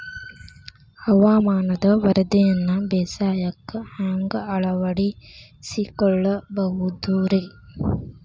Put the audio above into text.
ಹವಾಮಾನದ ವರದಿಯನ್ನ ಬೇಸಾಯಕ್ಕ ಹ್ಯಾಂಗ ಅಳವಡಿಸಿಕೊಳ್ಳಬಹುದು ರೇ?